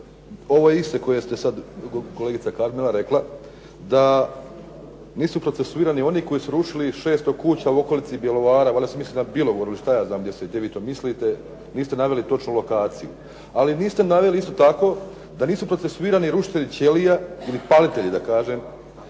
Ove iste koje je sada kolegica Karmela rekla, da nisu procesuirani oni koji su rušili 600 u okolici Bjelovara, valjda su mislili na Bilogoru, što ja znam gdje vi to mislite. Niste naveli točnu lokaciju. Ali niste naveli isto tako da nisu procesuirani rušitelji Ćelija ili palitelji da kažem,